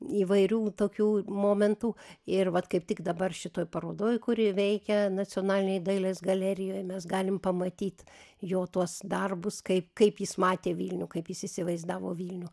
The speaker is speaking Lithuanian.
įvairių tokių momentų ir vat kaip tik dabar šitoj parodoj kuri veikia nacionalinėj dailės galerijoj mes galim pamatyt jo tuos darbus kaip kaip jis matė vilnių kaip jis įsivaizdavo vilnių